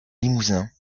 limousin